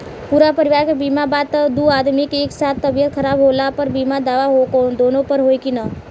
पूरा परिवार के बीमा बा त दु आदमी के एक साथ तबीयत खराब होला पर बीमा दावा दोनों पर होई की न?